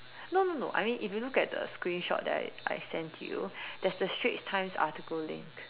no no no I mean if you look at the screenshot that I I sent you there's a Straits times article link